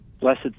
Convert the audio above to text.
Blessed